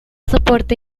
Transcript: soporte